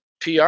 PR